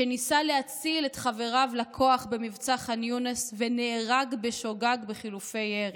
שניסה להציל את חבריו לכוח במבצע ח'אן יונס ונהרג בשוגג בחילופי ירי.